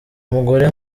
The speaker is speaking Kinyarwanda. mugore